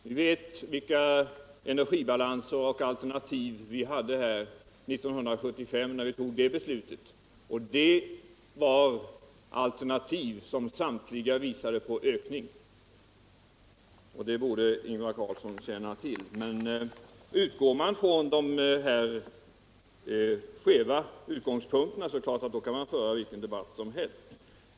Vi vet vilka energibalanser och alternativ vi hade 1975 niär vi tog beslutet, och det var alternativ som samthiga visade på ökning. Det borde Ingvar Carlsson känna till. Men har man hans skeva utgångspunkter kan man föra vilken debatt som helst.